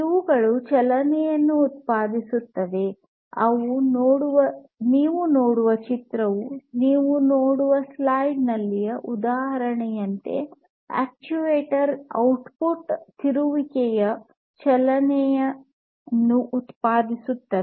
ಅವುಗಳು ಚಲನೆಯನ್ನು ಉತ್ಪಾದಿಸುತ್ತದೆ ನೀವು ನೋಡುವ ಚಿತ್ರವು ನೀವು ನೋಡುವ ಸ್ಲೈಡ್ ನಲ್ಲಿಯ ಉದಾಹರಣೆಯಂತೆ ಈ ಅಕ್ಚುಯೇಟರ್ಗಳ ಔಟ್ಪುಟ್ ತಿರುಗುವಿಕೆಯ ಚಲನೆಯನ್ನು ಉತ್ಪಾದಿಸಲಾಗುತ್ತದೆ